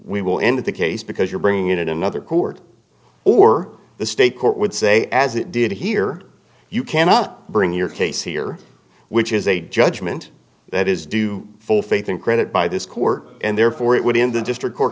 we will end the case because you're bringing it in another court or the state court would say as it did here you cannot bring your case here which is a judgment that is due full faith and credit by this court and therefore it would be in the district court